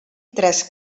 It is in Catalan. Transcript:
tres